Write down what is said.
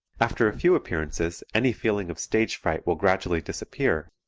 after a few appearances any feeling of stage fright will gradually disappear,